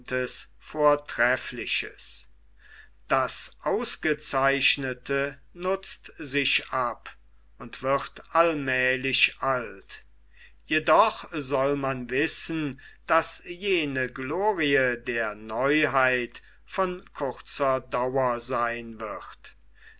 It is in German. vortreffliches das ausgezeichnete nutzt sich ab und wird allmälig alt jedoch soll man wissen daß jene glorie der neuheit von kurzer dauer seyn wird